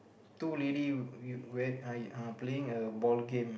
two lady we wear I uh playing a ball game